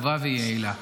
טובה ויעילה.